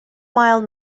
mile